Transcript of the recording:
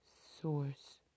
source